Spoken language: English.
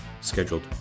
scheduled